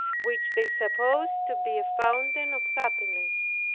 which they suppose to be a fountain of happiness.